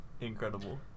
incredible